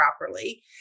properly